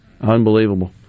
unbelievable